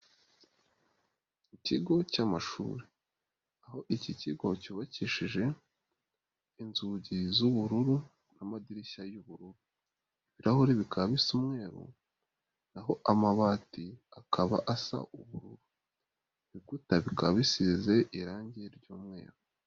Ikigo cy'amashuri, aho iki kigo cyubakishije inzugi z'ubururu n'amadirishya y'ubururu ibirahuri bikaba bisa umweru naho amabati akaba asa ubururu, ibikuta bikaba bisize irangi ry'umweru.